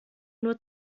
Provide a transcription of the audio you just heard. nur